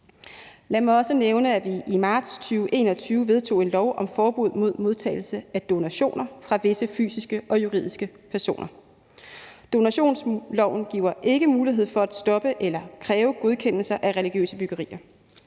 Lad mig også nævne, at vi i marts 2021 vedtog en lov om forbud mod modtagelse af donationer fra visse fysiske og juridiske personer. Donationsloven giver ikke mulighed for at stoppe eller kræve godkendelse af religiøse byggerier,